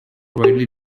widely